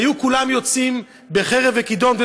היו כולם יוצאים בחרב וכידון,